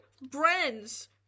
brands